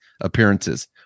appearances